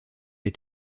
est